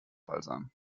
balsam